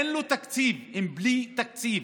אין לו תקציב, הם בלי תקציב.